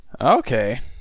Okay